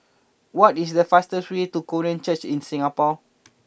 What is the fastest way to Korean Church in Singapore